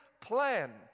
plan